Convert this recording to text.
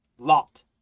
Lot